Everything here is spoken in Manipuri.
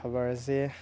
ꯈꯕꯔꯁꯦ